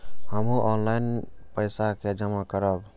हमू ऑनलाईनपेसा के जमा करब?